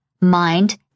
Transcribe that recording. mind